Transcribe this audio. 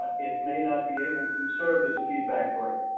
it may not be able to serve as a feedback break.